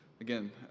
Again